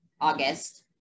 August